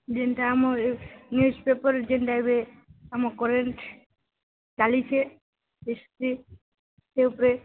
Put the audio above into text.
ଯେମିତି ଆମର news paper ଯେମିତି ଏବେ ଆମ କଲେଜ୍ ଚାଲିଛି ହିଷ୍ଟ୍ରି ଉପରେ